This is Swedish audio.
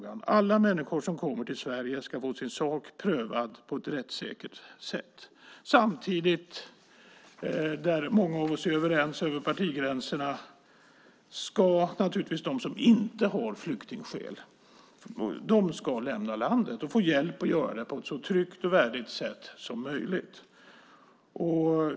Alla människor som kommer till Sverige ska få sin sak prövad på ett rättssäkert sätt. Samtidigt ska, och där är många av oss överens över partigränserna, de som inte har flyktingskäl lämna landet och få hjälp att göra det på ett så tryggt och värdigt sätt som möjligt.